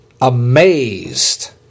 amazed